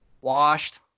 Washed